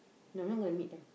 no I'm not going to meet them